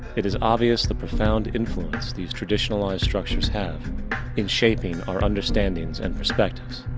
it is obvious, the profound influence these traditionalized structures have in shaping our understandings and perspectives.